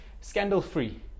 scandal-free